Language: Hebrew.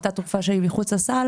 אותה תרופה שהיא מחוץ לסל,